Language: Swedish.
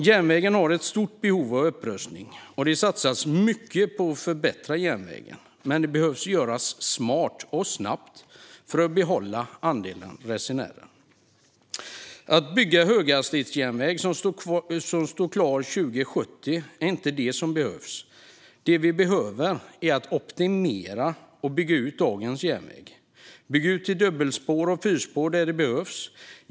Järnvägen har ett stort behov av upprustning, och det satsas mycket på att förbättra järnvägen. Men det behöver göras smart och snabbt för att behålla andelen resenärer. Att bygga höghastighetsjärnväg som står klar 2070 är inte vad som behövs. Det vi behöver är att optimera och bygga ut dagens järnväg. Bygg ut till dubbelspår och fyrspår där det behövs.